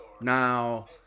Now